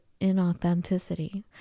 inauthenticity